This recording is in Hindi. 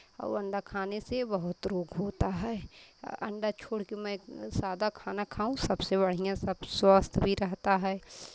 और अंडा खाने से बहुत रोग होता है अंडा छोड़ के मैं सादा खाना खाऊँ सबसे बढ़ियाँ सब स्वस्थ भी रहता है